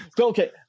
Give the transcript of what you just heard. okay